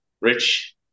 rich